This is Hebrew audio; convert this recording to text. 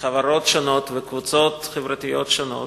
מחברות שונות וקבוצות חברתיות שונות,